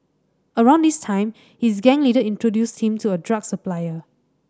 around this time his gang leader introduced him to a drug supplier